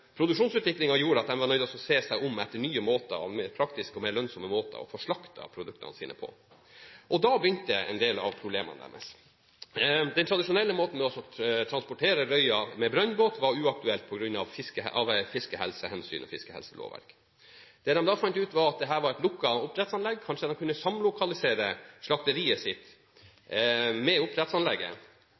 lønnsomme måter å få slaktet produktene sine på. Da begynte en del av problemene deres. Den tradisjonelle måten å transportere røya på, med brønnbåt, var uaktuelt på grunn av fiskehelsehensyn og fiskehelselovverket. Det de da fant ut, var at dette var et lukket oppdrettsanlegg, og at de kanskje kunne samlokalisere slakteriet sitt med oppdrettsanlegget.